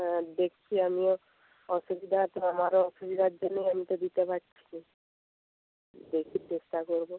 হ্যাঁ দেখছি আমিও অসুবিধা তো আমারও অসুবিধার জন্যেই আমি তো দিতে পারছি না দেখি চেষ্টা করব